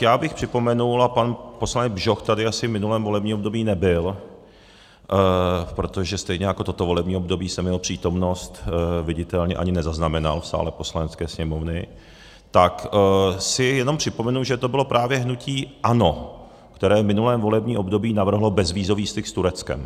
Já bych připomenul, a pan poslanec Bžoch tady asi v minulém volebním období nebyl, protože stejně jako toto volební období jsem jeho přítomnost viditelně ani nezaznamenal v sále Poslanecké sněmovny, tak chci jenom připomenut, že to bylo právě hnutí ANO, které v minulém volebním období navrhlo bezvízový styk s Tureckem.